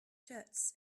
shirts